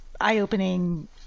eye-opening